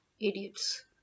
idiots